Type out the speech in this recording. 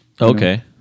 Okay